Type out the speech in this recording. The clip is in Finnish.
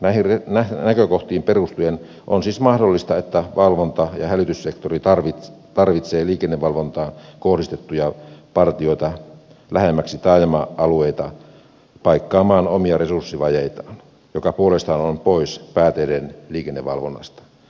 näihin näkökohtiin perustuen on siis mahdollista että valvonta ja hälytyssektori tarvitsee liikennevalvontaan kohdistettuja partioita lähemmäksi taajama alueita paikkaamaan omia resurssivajeitaan mikä puolestaan on pois pääteiden liikennevalvonnasta